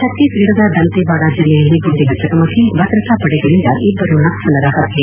ಛತ್ತೀಸ್ಗಢದ ದಂತೇವಾದ ಜಿಲ್ಲೆಯಲ್ಲಿ ಗುಂಡಿನ ಚಕಮಕಿ ಭದ್ರತಾ ಪಡೆಗಳಿಂದ ಇಬ್ಬರು ನಕ್ಷ ಲರ ಹತ್ಯೆ